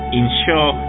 ensure